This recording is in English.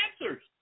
answers